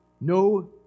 No